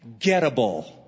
gettable